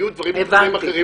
היו דברים אחרים.